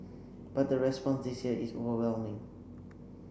but the response this year is overwhelming